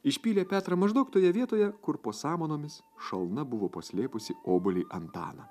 išpylė petrą maždaug toje vietoje kur po samanomis šalna buvo paslėpusi obuolį antaną